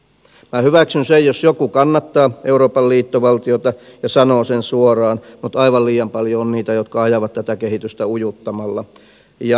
minä hyväksyn sen jos joku kannattaa euroopan liittovaltiota ja sanoo sen suoraan mutta aivan liian paljon on niitä jotka ajavat tätä kehitystä ujuttamalla ja hiljaisesti